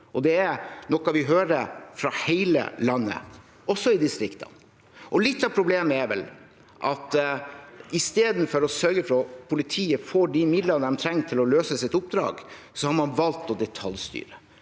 det er noe vi hører fra hele landet, også i distriktene. Litt av problemet er vel at istedenfor å sørge for at politiet får de midlene de trenger til å løse sitt oppdrag, har man valgt å detaljstyre.